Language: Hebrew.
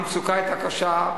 המצוקה היתה קשה,